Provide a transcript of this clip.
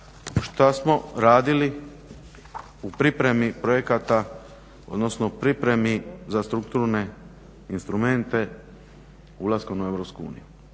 šta smo radili u pripremi projekata odnosno u pripremi za strukturne instrumente ulaskom u EU